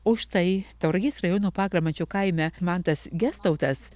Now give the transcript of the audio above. o štai tauragės rajono pagramančio kaime mantas gestautas